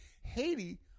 Haiti